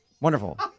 Wonderful